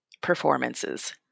performances